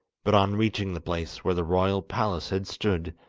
but on reaching the place where the royal palace had stood,